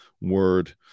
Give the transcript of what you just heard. word